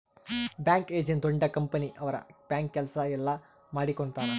bank agent ದೊಡ್ಡ company ಅವ್ರ bank ಕೆಲ್ಸ ಎಲ್ಲ ಮಾಡಿಕೊಡ್ತನ